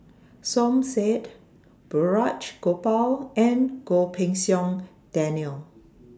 Som Said Balraj Gopal and Goh Pei Siong Daniel